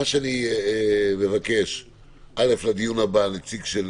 אני מבקש לדיון הבא שיהיה נציג של